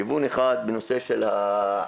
כיוון אחד בנושא של העניין